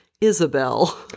isabel